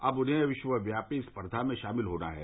अब उन्हें विश्वव्यापी स्पर्घा में शामिल होना होगा